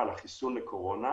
על חיסון לקורונה